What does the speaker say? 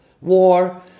war